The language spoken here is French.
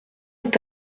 est